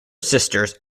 sisters